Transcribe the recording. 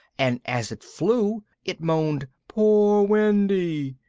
and as it flew it moaned poor wendy.